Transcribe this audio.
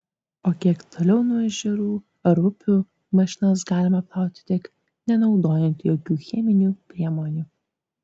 o kiek toliau nuo ežerų ar upių mašinas galima plauti tik nenaudojant jokių cheminių priemonių